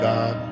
God